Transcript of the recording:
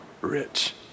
rich